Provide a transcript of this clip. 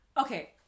Okay